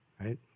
right